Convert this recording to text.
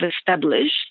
established